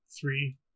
three